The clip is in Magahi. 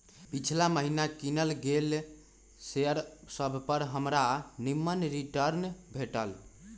पिछिला महिन्ना किनल गेल शेयर सभपर हमरा निम्मन रिटर्न भेटल